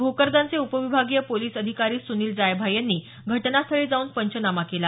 भोकरदनचे उपविभागीय पोलीस अधिकारी सुनील जायभाये यांनी घटनास्थळी जाऊन पंचनामा केला